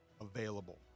available